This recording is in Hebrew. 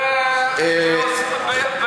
ובתקופה של ממשל אובמה,